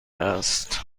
است